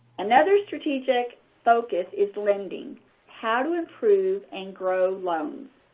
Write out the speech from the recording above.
another strategic focus is lending how to improve and grow loans.